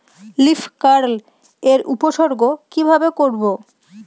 Leaf curl এর উপসর্গ কিভাবে করব?